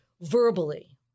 verbally